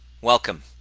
Welcome